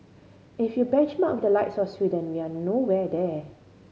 if you benchmark the likes of Sweden young nowhere there